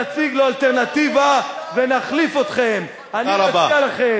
נציג לו אלטרנטיבה ונחליף אתכם.